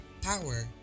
power